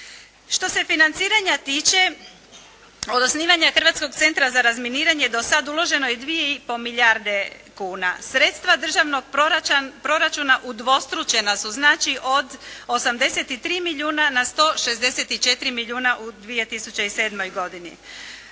Što se financiranja tiče, od osnivanja Hrvatskog centra za razminiranje do sad uloženo je 2 i pol milijarde kuna. Sredstva državnog proračuna udvostručena su, znači od 83 milijuna na 164 milijuna u 2007. godini.